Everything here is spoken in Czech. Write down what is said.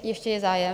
Ještě je zájem?